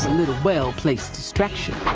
little well-placed stretches.